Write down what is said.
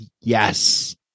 Yes